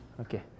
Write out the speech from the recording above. Okay